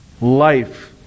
Life